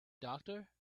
doctor